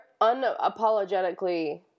unapologetically